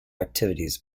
activities